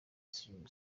salim